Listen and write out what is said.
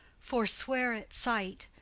forswear it, sight!